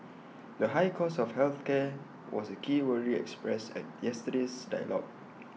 the high cost of health care was A key worry expressed at yesterday's dialogue